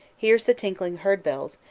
hears the tinkling herd-bells,